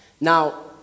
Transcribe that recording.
Now